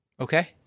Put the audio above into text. Okay